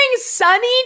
Sunny